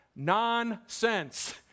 nonsense